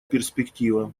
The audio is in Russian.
перспектива